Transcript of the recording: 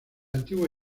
antigua